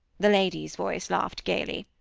the lady's voice laughed gaily.